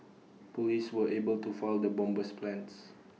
Police were able to foil the bomber's plans